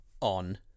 on